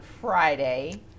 Friday